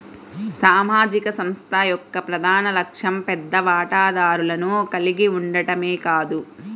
సామాజిక సంస్థ యొక్క ప్రధాన లక్ష్యం పెద్ద వాటాదారులను కలిగి ఉండటమే కాదు